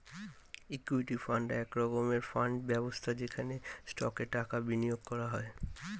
equity fund এক রকমের fund ব্যবস্থা যেখানে স্টকে টাকা বিনিয়োগ করা হয়